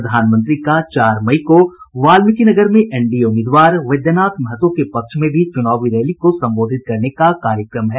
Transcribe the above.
प्रधानमंत्री का चार मई को वाल्मिकीनगर में एनडीए उम्मीदवार वैद्यनाथ महतो के पक्ष में भी चुनावी रैली को संबोधित करने का कार्यक्रम है